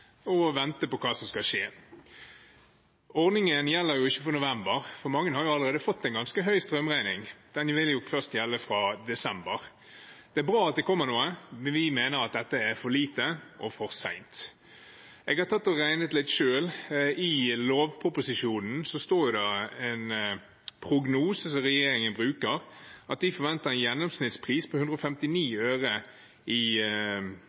og vente på hva som skal skje. Ordningen gjelder ikke for november, og mange har jo allerede fått en ganske høy strømregning – den vil jo første gjelde fra desember. Det er bra at det kommer noe, men vi mener at dette er for lite og for sent. Jeg har regnet litt selv: I lovproposisjonen står det i en prognose som regjeringen bruker, at man forventer en gjennomsnittspris på 159 øre i